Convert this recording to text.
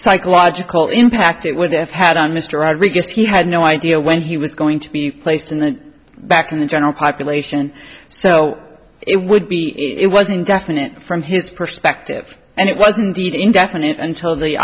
psychological impact it would have had on mr rodriguez he had no idea when he was going to be placed in the back in the general population so it would be it was indefinite from his perspective and it wasn't even indefinite until the